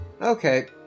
Okay